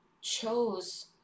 chose